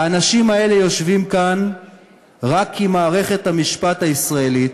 האנשים האלה יושבים כאן רק כי מערכת המשפט הישראלית